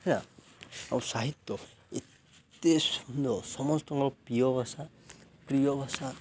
ହେଲା ଆଉ ସାହିତ୍ୟ ଏତେ ସୁନ୍ଦର ସମସ୍ତଙ୍କର ପ୍ରିୟ ଭାଷା ପ୍ରିୟ ଭାଷା